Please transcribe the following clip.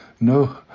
No